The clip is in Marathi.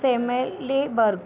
Semele birth